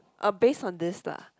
uh based on this lah